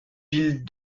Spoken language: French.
ville